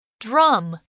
Drum